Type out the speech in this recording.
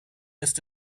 ist